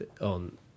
on